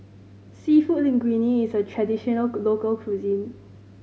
Seafood Linguine is a traditional local cuisine